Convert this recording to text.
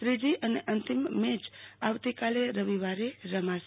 ત્રીજી અને અંતિમ મેચ આવતીકાલે રવિવારે રમાશે